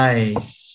Nice